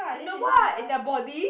in the what in the body